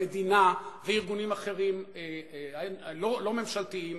המדינה וארגונים אחרים לא ממשלתיים,